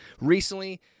recently